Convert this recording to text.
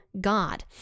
God